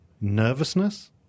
nervousness